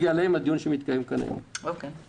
הדיון שמתקיים כאן היום לא נוגע אליהן.